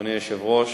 אדוני היושב-ראש,